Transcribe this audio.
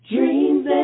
Dreams